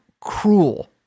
cruel